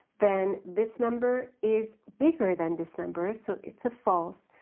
then this number is bigger than this number so it's a false.